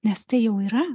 nes tai jau yra